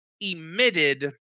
emitted